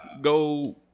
Go